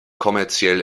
kommerziell